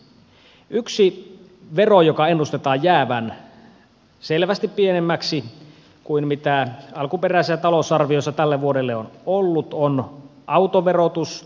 yksi vero jonka ennustetaan jäävän selvästi pienemmäksi kuin mitä alkuperäisessä talousarviossa tälle vuodelle on ollut on autoverotus